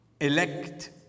elect